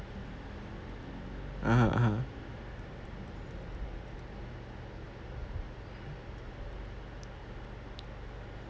(uh huh) (uh huh)